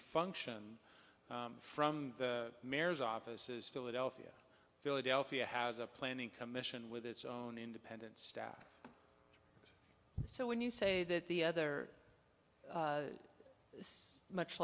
function from the mayor's office is philadelphia philadelphia has a planning commission with its own independent staff so when you say that the other much